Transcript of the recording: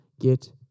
get